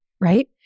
right